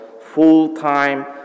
full-time